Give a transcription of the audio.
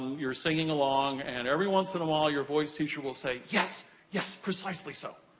you're singing along, and every once in a while your voice teacher will say yes, yes, precisely so.